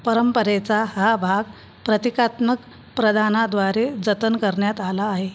परंपरेचा हा भाग प्रतिकात्मक प्रदानाद्वारे जतन करण्यात आला आहे